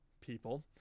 people